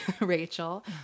Rachel